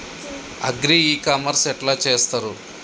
Agri ecommerce ఎట్ల చేస్తరు?